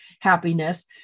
happiness